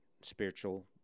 spiritual